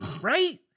right